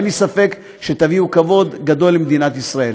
ואין לי ספק שתביאו כבוד גדול למדינת ישראל.